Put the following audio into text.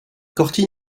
corty